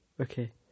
Okay